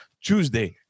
Tuesday